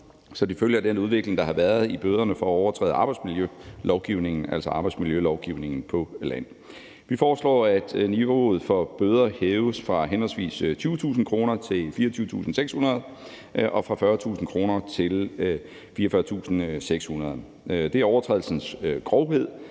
så de følger den udvikling, der har været i bøderne for at overtræde arbejdsmiljølovgivningen, altså arbejdsmiljølovgivningen på land. Vi foreslår, at niveauet for bøder hæves fra henholdsvis20.000 kr. til 24.600 kr. og fra 40.000 kr. til 44.600 kr. Det er overtrædelsens grovhed,